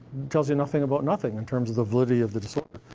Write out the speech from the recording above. tells you nothing about nothing, in terms of the validity of the disorder.